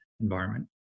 environment